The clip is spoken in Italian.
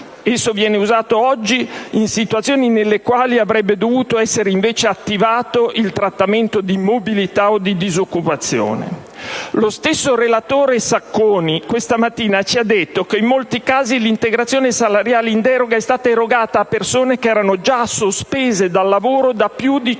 esso viene usato oggi in situazioni in cui avrebbe dovuto essere invece attivato il trattamento di mobilità o di disoccupazione. Lo stesso relatore Sacconi questa mattina ci ha detto che in molti casi l'integrazione salariale in deroga è stata erogata a persone che erano già sospese dal lavoro da più di cinque